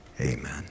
amen